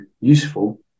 useful